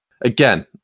Again